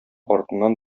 артыннан